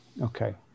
Okay